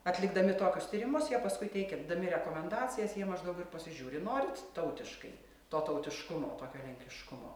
atlikdami tokius tyrimus jie jie paskui teikidami rekomendacijas jie maždaug ir pasižiūri norit tautiškai to tautiškumo tokio lenkiškumo